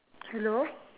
hello